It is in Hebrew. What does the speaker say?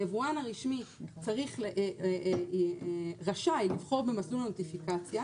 היבואן הרשמי רשאי לבחור במסלול הנוטיפיקציה.